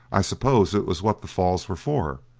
i supposed it was what the falls were for.